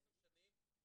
עשר שנים,